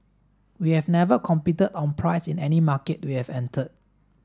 we have never competed on price in any market we have entered